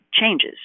changes